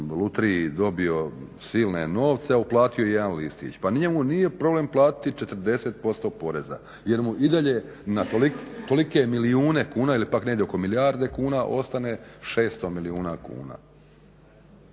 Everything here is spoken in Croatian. lutriji dobio silne novce a uplatio jedan listić, pa njemu nije problem platiti 40% poreza jer mu i dalje na tolike milijune kuna ili pak negdje oko milijarde kuna ostane 600 milijuna kuna,